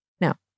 Now